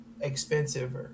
expensive